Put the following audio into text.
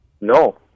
No